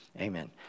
Amen